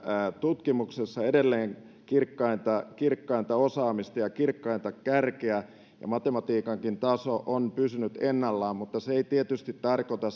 tutkimuksessa edelleen kirkkainta kirkkainta osaamista ja kirkkainta kärkeä ja matematiikankin taso on pysynyt ennallaan mutta se ei tietysti tarkoita